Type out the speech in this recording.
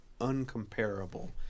uncomparable